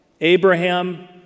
Abraham